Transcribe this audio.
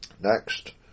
Next